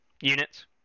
units